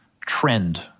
trend